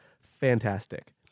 fantastic